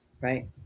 Right